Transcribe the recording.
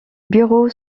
bureau